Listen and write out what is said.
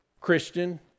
Christian